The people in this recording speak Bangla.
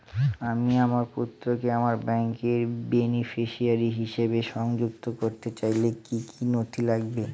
আমি আমার পুত্রকে আমার ব্যাংকের বেনিফিসিয়ারি হিসেবে সংযুক্ত করতে চাইলে কি কী নথি লাগবে?